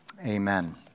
Amen